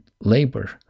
labor